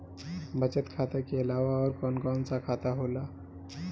बचत खाता कि अलावा और कौन कौन सा खाता होला?